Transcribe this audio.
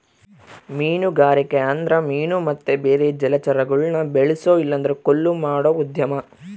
ಮೀನುಗಾರಿಕೆ ಅಂದ್ರ ಮೀನು ಮತ್ತೆ ಬೇರೆ ಜಲಚರಗುಳ್ನ ಬೆಳ್ಸೋ ಇಲ್ಲಂದ್ರ ಕೊಯ್ಲು ಮಾಡೋ ಉದ್ಯಮ